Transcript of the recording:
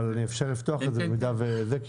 אבל אם אפשר לפתוח את זה במידה וזה,